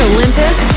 Olympus